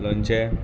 लोणचें